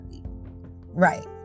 Right